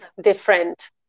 different